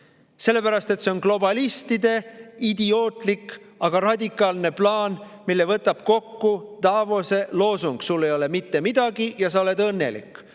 Sellepärast, et see on globalistide idiootlik, aga radikaalne plaan, mille võtab kokku Davosi loosung "Sul ei ole mitte midagi ja sa oled õnnelik".